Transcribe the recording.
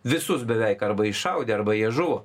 visus beveik arba iššaudė arba jie žuvo